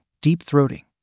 deep-throating